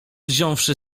wziąwszy